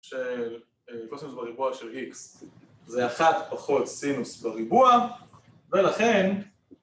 שקוסינוס בריבוע של x זה אחת פחות סינוס בריבוע ולכן